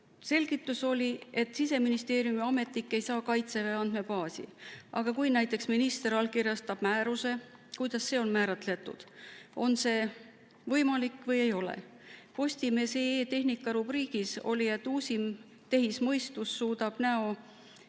Selgitus oli, et Siseministeeriumi ametnik ei pääse kaitseväe andmebaasi. Aga kui näiteks minister allkirjastab määruse? Kuidas see on määratletud, on see võimalik või ei ole? Postimees.ee tehnikarubriigis oli, et uusim tehismõistus suudab näo